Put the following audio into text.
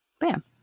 bam